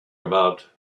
about